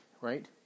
right